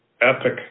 epic